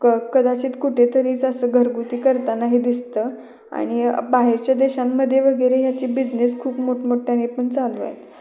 क कदाचित कुठेतरीच असं घरगुती करताना हे दिसतं आणि बाहेरच्या देशांमध्ये वगैरे ह्याची बिजनेस खूप मोठमोठ्याने पण चालू आहेत